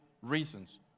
Reasons